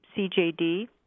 CJD